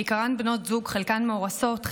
בעיקרן בנות זוג שחלקן מאורסות,